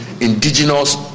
indigenous